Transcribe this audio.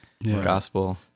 Gospel